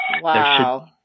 Wow